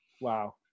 Wow